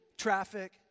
traffic